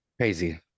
Crazy